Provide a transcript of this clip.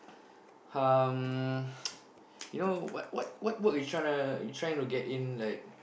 um you know what what what work you trying to you trying to get in like